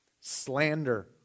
slander